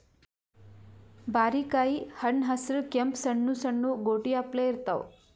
ಬಾರಿಕಾಯಿ ಹಣ್ಣ್ ಹಸ್ರ್ ಕೆಂಪ್ ಸಣ್ಣು ಸಣ್ಣು ಗೋಟಿ ಅಪ್ಲೆ ಇರ್ತವ್